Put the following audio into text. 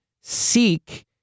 Seek